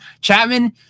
chapman